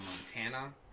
Montana